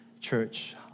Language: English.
church